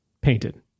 painted